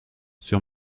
sur